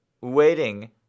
waiting